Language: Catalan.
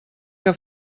que